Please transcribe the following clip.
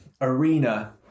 arena